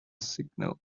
signal